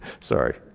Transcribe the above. Sorry